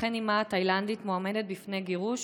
לכן אימה התאילנדית מועמדת בפני גירוש,